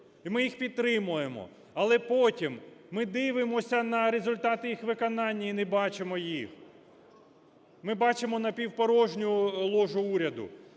ми їх підтримуємо. Але потім ми дивимося на результати їх виконання і не бачимо їх, ми бачимо напівпорожню ложу уряду.